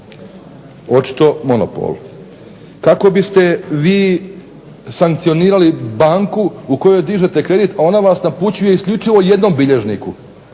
Očito, monopol. Kako biste vi sankcionirali banku u kojoj dižete kredit, a ona vas napućuje isključivo jednom bilježniku